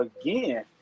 again